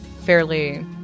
fairly